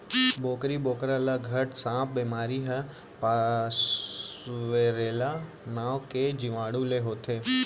बोकरी बोकरा ल घट सांप बेमारी ह पास्वरेला नांव के जीवाणु ले होथे